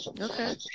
Okay